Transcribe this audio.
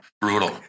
Brutal